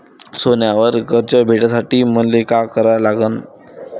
सोन्यावर कर्ज भेटासाठी मले का करा लागन?